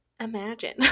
imagine